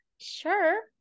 Sure